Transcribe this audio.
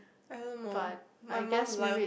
i don't know my mum like